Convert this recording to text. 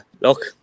look